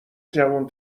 جوون